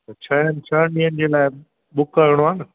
छह छहनि ॾींहंनि जे लाइ बुक करिणो आहे न